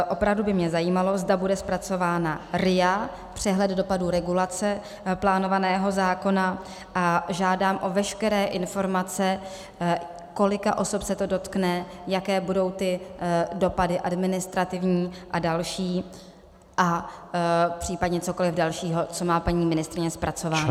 Opravdu by mě zajímalo, zda bude zpracována RIA, přehled dopadů regulace plánovaného zákona, a žádám o veškeré informace, kolika osob se to dotkne, jaké budou dopady administrativní a další a případně cokoliv dalšího, co má paní ministryně zpracováno .